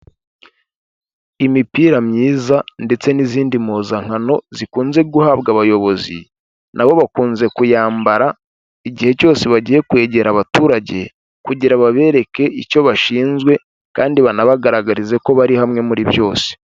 Imipira myiza ndetse n'izindi mpuzankano zikunze guhabwa abayobozi, nabo bakunze kuyambara igihe cyose bagiye kwegera abaturage, kugira babereke icyo bashinzwe kandi banabagaragarize ko bari hamwe muri byose.